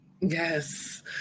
Yes